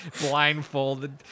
Blindfolded